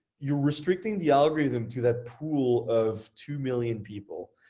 you're restricting the algorithm to that pool of two million people.